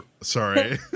Sorry